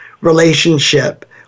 relationship